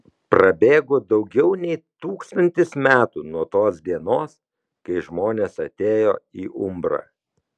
prabėgo daugiau nei tūkstantis metų nuo tos dienos kai žmonės atėjo į umbrą